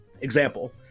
Example